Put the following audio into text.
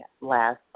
last